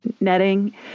netting